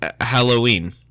Halloween